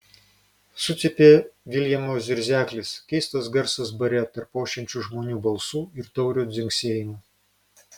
sucypė viljamo zirzeklis keistas garsas bare tarp ošiančių žmonių balsų ir taurių dzingsėjimo